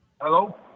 Hello